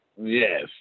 Yes